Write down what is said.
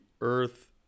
Earth